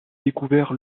découvert